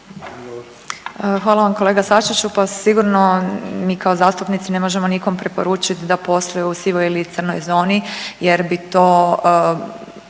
Hvala vam kolega Sačiću. Pa sigurno mi kao zastupnici ne možemo nikom preporučiti da posluju u sivoj ili crnoj zoni jer bi to